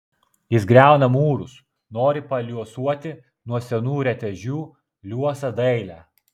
jis griauna mūrus nori paliuosuoti nuo senų retežių liuosą dailę